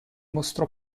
mostrò